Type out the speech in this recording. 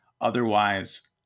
Otherwise